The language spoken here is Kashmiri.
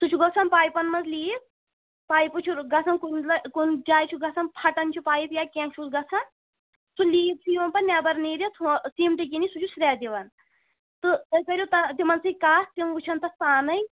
سُہ چھُ گژھان پایپَن منٛز لیٖک پایپہٕ چھُ گژھان کُنہِ کُنہِ جایہِ چھُ گژھان پھَٹن چھُ پایِپ یا کیٚنٛہہ چھُس گژھان سُہ لیٖک چھُ یِوان پَتہٕ نٮ۪بر نیٖرِتھ ہُہ سیٖمٹہٕ کِنی سُہ چھُ سرٛیٚہہ دِوان تہٕ تُہۍ کٔرِو تِمَن سۭتۍ کَتھ تِم وُچھَن تَتھ پانے